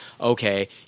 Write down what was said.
okay